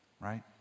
right